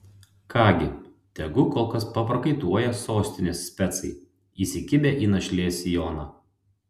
ką gi tegu kol kas paprakaituoja sostinės specai įsikibę į našlės sijoną